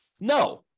No